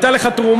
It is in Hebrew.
הייתה לך תרומה.